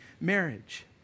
marriage